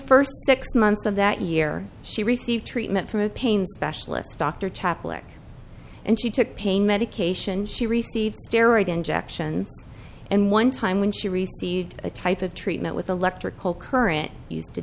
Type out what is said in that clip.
first six months of that year she received treatment from a pain specialist dr chaplin and she took pain medication she received steroids injections and one time when she received a type of treatment with electrical